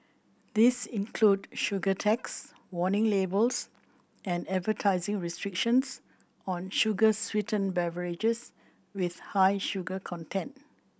these include sugar tax warning labels and advertising restrictions on sugar sweetened beverages with high sugar content